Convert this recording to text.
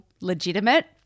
legitimate